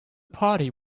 party